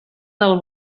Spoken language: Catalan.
del